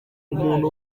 umuntu